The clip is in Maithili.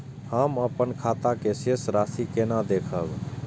हम अपन खाता के शेष राशि केना देखब?